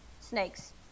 snakes